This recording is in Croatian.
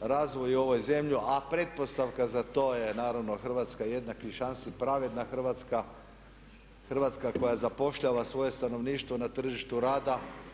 razvoj i ovu zemlju, a pretpostavka za to je naravno Hrvatska jednakih šansi, pravedna Hrvatska, Hrvatska koja zapošljava svoje stanovništvo na tržištu rada.